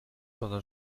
sondern